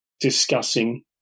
discussing